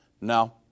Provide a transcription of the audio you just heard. No